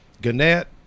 Gannett